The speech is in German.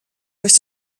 durch